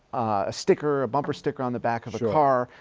a sticker, a bumper sticker on the back of a car.